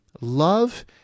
Love